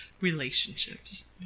relationships